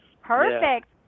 Perfect